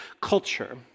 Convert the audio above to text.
culture